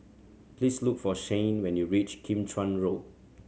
please look for Shayne when you reach Kim Chuan Road